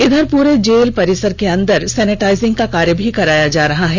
इधर पूरे जेल परिसर के अंदर सेनेटाइजिंग का कार्य भी कराया जा रहा है